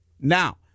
Now